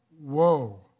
whoa